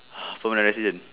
permanent resident